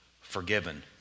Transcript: forgiven